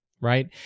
right